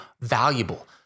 valuable